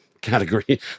category